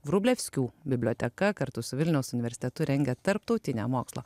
vrublevskių biblioteka kartu su vilniaus universitetu rengia tarptautinę mokslo